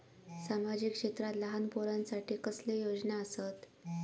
सामाजिक क्षेत्रांत लहान पोरानसाठी कसले योजना आसत?